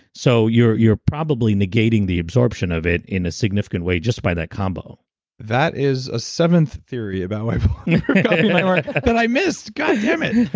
so you're you're probably negating the absorption of it in a significant way just by that combo that is a seventh theory about why that i missed. goddamn it